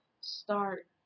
start